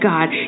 God